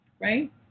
Right